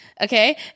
Okay